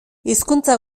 hizkuntza